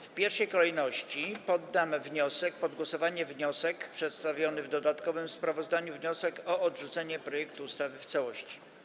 W pierwszej kolejności poddam pod głosowanie wniosek, przedstawiony w dodatkowym sprawozdaniu, o odrzucenie projektu ustawy w całości.